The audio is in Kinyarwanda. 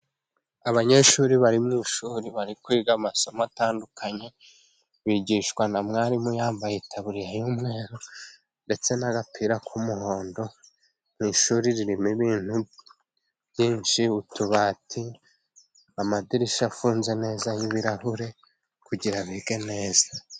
Abanyeshuri bari mu ishuri bari kwiga amasomo atandukanye, bigishwa na mwarimu, yambaye itaburiya y'umweru, ndetse n'agapira k'umuhondo, mu ishuri ririmo ibintu byinshi, utubati, amadirishya afunze neza y'ibirahure, kugira bige neza.